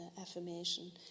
affirmation